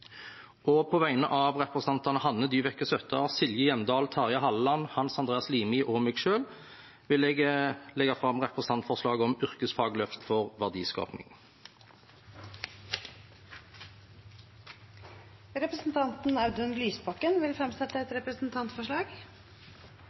På vegne av representantene Hanne Dyveke Søttar, Silje Hjemdal, Terje Halleland, Hans Andreas Limi og meg selv vil jeg legge fram et representantforslag om yrkesfagløft for verdiskaping. Representanten Audun Lysbakken vil fremsette et